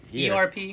ERP